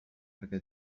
perquè